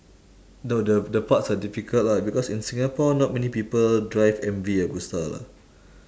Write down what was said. no the the parts are difficult lah because in singapore not many people drive M V agusta lah